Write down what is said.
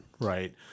right